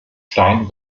stein